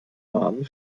baden